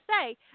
say